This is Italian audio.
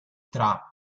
tra